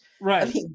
Right